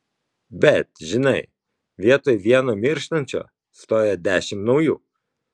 bet žinai vietoj vieno mirštančio stoja dešimt naujų